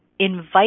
Invite